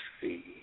see